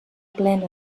plena